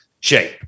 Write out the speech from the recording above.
shape